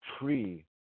tree